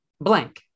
blank